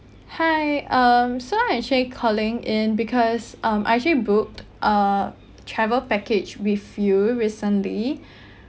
hi um so I actually calling in because um I actually booked a travel package with you recently